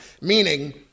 Meaning